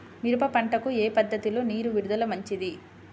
మిరప పంటకు ఏ పద్ధతిలో నీరు విడుదల మంచిది?